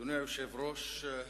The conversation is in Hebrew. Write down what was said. אדוני היושב-ראש,